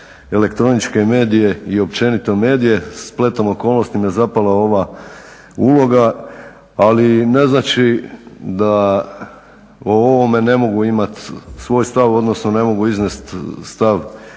elektroničke medije i općenito medije, spletom okolnosti me zapala ova uloga ali ne znači da o ovome ne mogu imati svoj stav odnosno ne mogu iznesti stav